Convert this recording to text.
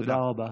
תודה רבה.